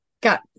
got